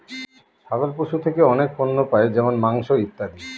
ছাগল পশু থেকে অনেক পণ্য পাই যেমন মাংস, ইত্যাদি